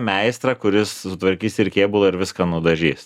meistrą kuris sutvarkys ir kėbulą ir viską nudažys